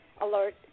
alert